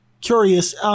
curious